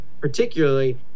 particularly